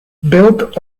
built